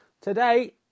Today